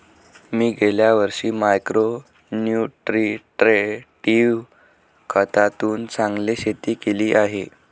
मी गेल्या वर्षी micro nutritive खतातून चांगले शेती केली आहे